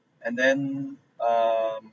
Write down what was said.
and then um